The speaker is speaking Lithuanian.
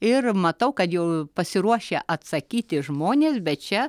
ir matau kad jau pasiruošę atsakyti žmonės bet čiac